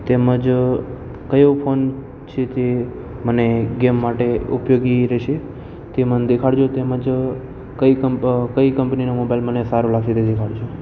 તેમજ કયો ફોન છે તે મને ગેમ માટે ઉપયોગી રહેશે તે મને દેખાડજો તેમજ કઈ કંપનીનો મોબાઈલ મને સારો લાગશે તે દેખાડજો